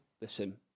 Listen